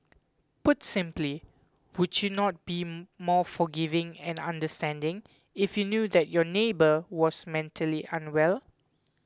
put simply would you not be more forgiving and understanding if you knew that your neighbour was mentally unwell